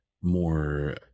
more